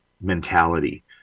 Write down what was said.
mentality